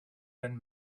been